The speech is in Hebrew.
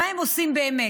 מה הם עושים באמת?